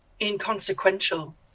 inconsequential